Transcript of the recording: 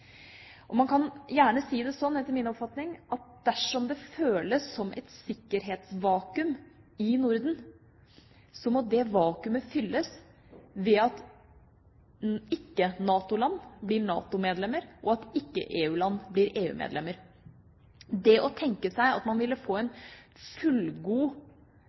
tvil. Man kan, etter min oppfatning, gjerne si det sånn at dersom det føles som et sikkerhetsvakuum i Norden, må det vakuumet fylles ved at ikke-NATO-land blir NATO-medlemmer, og at ikke-EU-land blir EU-medlemmer. Det å tenke seg at man ville få en fullgod